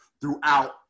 Throughout